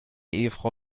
ehefrau